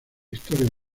historia